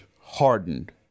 Hardened